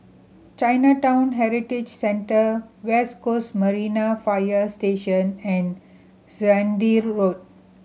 Chinatown Heritage Centre West Coast Marine Fire Station and Zehnder Road